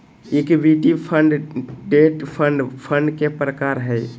equity fund, debt fund fund के प्रकार हय